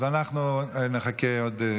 אז אנחנו נחכה עוד כדי